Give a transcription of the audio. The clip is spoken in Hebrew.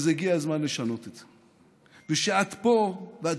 אז הגיע הזמן לשנות את זה; שאת פה ואת